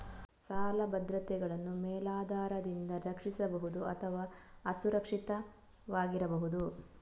ಸಾಲ ಭದ್ರತೆಗಳನ್ನು ಮೇಲಾಧಾರದಿಂದ ರಕ್ಷಿಸಬಹುದು ಅಥವಾ ಅಸುರಕ್ಷಿತವಾಗಿರಬಹುದು